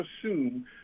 assume